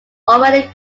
already